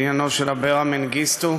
בעניינו של אברה מנגיסטו.